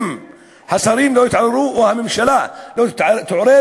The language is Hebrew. אם השרים לא יתעוררו או שהממשלה לא תתעורר